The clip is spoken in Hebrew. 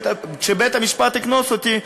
וכשבית-המשפט יקנוס אותי,